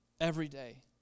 Everyday